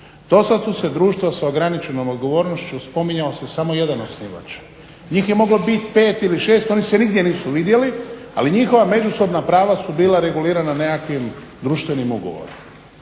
Dosad su se društva s ograničenom odgovornošću, spominjao se samo jedan osnivač. Njih je moglo biti pet ili šest, oni se nigdje nisu vidjeli, ali njihova međusobna prava su bila regulirana nekakvim društvenim ugovorom.